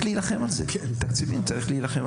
כן, תקציבים, צריך להילחם על זה.